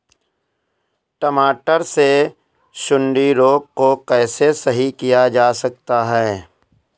टमाटर से सुंडी रोग को कैसे सही किया जा सकता है?